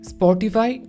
Spotify